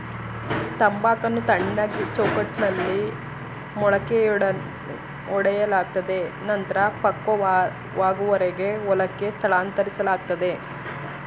ತಂಬಾಕನ್ನು ತಣ್ಣನೆ ಚೌಕಟ್ಟಲ್ಲಿ ಮೊಳಕೆಯೊಡೆಯಲಾಗ್ತದೆ ನಂತ್ರ ಪಕ್ವವಾಗುವರೆಗೆ ಹೊಲಕ್ಕೆ ಸ್ಥಳಾಂತರಿಸ್ಲಾಗ್ತದೆ